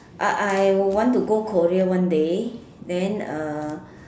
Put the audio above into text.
I I want to go Korea one day then uh